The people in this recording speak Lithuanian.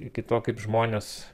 iki to kaip žmonės